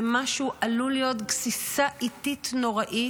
במה שעלול להיות גסיסה איטית נוראית,